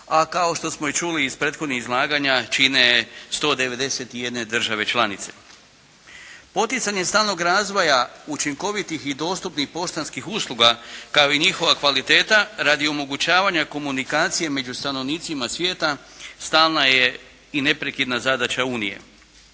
a kao što smo i čuli iz prethodnih izlaganja, čine je 191 države članice. Poticanjem stalnog razvoja učinkovitih i dostupnih poštanskih usluga, kao i njihova kvaliteta radi omogućavanja komunikacije među stanovnicima svijeta, stalna je i neprekidna zadaća Unije.